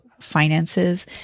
finances